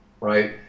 right